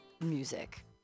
music